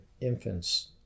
infants